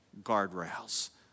guardrails